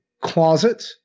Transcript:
closet